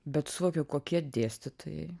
bet suvokiau kokie dėstytojai